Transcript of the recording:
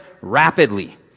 rapidly